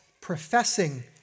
professing